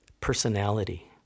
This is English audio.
personality